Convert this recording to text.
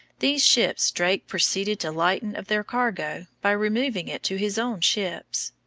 these ships drake proceeded to lighten of their cargo by removing it to his own ships.